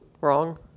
wrong